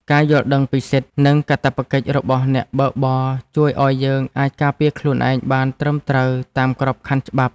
ការយល់ដឹងពីសិទ្ធិ និងកាតព្វកិច្ចរបស់អ្នកបើកបរជួយឱ្យយើងអាចការពារខ្លួនឯងបានត្រឹមត្រូវតាមក្របខ័ណ្ឌច្បាប់។